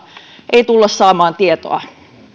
ei tulla saamaan tietoa